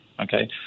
okay